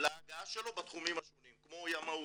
להגעה שלו בתחומים השונים, כמו מלונאות,